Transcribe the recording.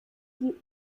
die